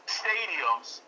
stadiums